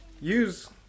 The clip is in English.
use